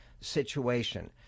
situation